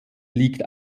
liegt